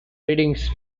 readings